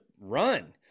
run